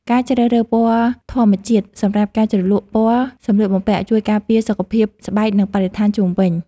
ការជ្រើសរើសពណ៌ធម្មជាតិសម្រាប់ការជ្រលក់ពណ៌សម្លៀកបំពាក់ ជួយការពារសុខភាពស្បែកនិងបរិស្ថានជុំវិញ។